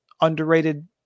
underrated